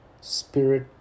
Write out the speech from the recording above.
spirit